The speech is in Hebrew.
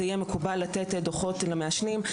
זה יהיה מקובל לתת דוחות למעשנים.